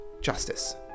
justice